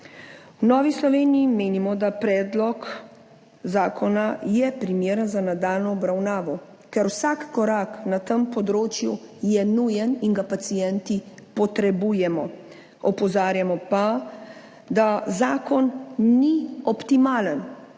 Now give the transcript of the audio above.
V Novi Sloveniji menimo, da predlog zakona je primeren za nadaljnjo obravnavo, ker vsak korak na tem področju je nujen in ga pacienti potrebujemo. Opozarjamo pa, da zakon ni optimalen,